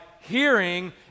hearing